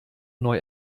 neu